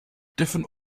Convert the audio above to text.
different